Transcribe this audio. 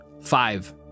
Five